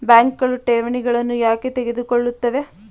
ಬ್ಯಾಂಕುಗಳು ಠೇವಣಿಗಳನ್ನು ಏಕೆ ತೆಗೆದುಕೊಳ್ಳುತ್ತವೆ?